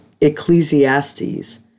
Ecclesiastes